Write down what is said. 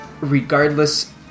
regardless